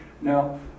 Now